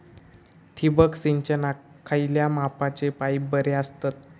ठिबक सिंचनाक खयल्या मापाचे पाईप बरे असतत?